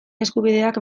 eskubideak